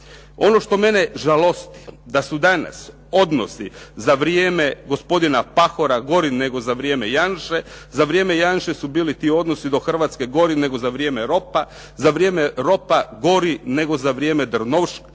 Ono što mene žalosti da su danas odnosi za vrijeme gospodina Pahora gori nego za vrijeme Janše. Za vrijeme Janše su bili ti odnosi do Hrvatske gori nego za vrijeme Ropa. Za vrijeme Ropa gori nego za vrijeme Drnovšeka